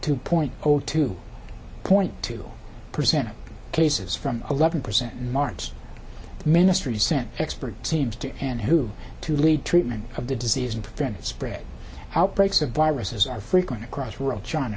two point zero two point two percent of cases from eleven percent in march ministry's sent expert seems to and who to lead treatment of the disease and prevent spread outbreaks of viruses are frequent across rural china